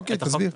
אוקיי, תסביר.